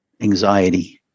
anxiety